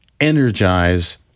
energize